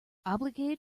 obligated